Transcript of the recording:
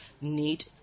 need